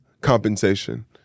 compensation